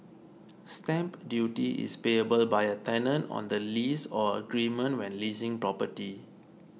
stamp duty is payable by a tenant on the lease or agreement when leasing property